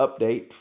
update